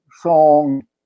song